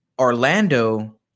Orlando –